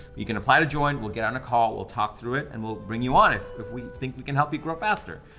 you can apply to join, we'll get on a call, we'll talk through it and we'll bring you on it. if we think we can help you grow faster.